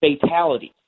fatalities